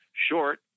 Short